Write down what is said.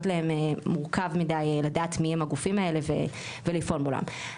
להם מורכב מידי לדעת מיהם הגופים האלה ולפעול מולם.